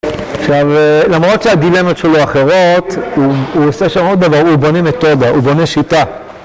‫עכשיו, למרות שהדילמת שלו אחרות, ‫הוא עושה שם עוד דבר, ‫הוא בונה מתודה, הוא בונה שיטה.